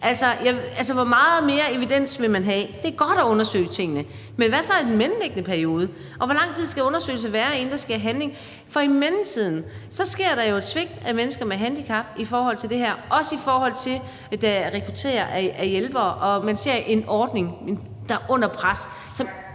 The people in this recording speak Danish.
Altså, hvor meget mere evidens vil man have? Det er godt at undersøge tingene, men hvad så i den mellemliggende periode? Og hvor lang tid skal undersøgelsen vare, inden der sker handling? For i mellemtiden sker der jo et svigt af mennesker med handicap i forhold til det her, også i forhold til at rekruttere hjælpere, og man ser en ordning, der er under pres ... Kl.